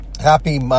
Happy